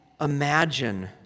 imagine